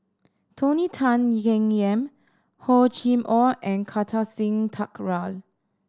Tony Tan Keng Yam Hor Chim Or and Kartar Singh Thakral